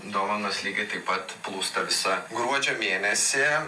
dovanos lygiai taip pat plūsta visą gruodžio mėnesį